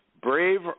brave